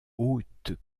haute